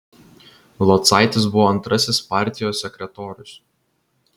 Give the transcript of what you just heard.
locaitis buvo antrasis partijos sekretorius